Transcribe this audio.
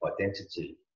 identity